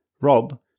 Rob